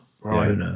right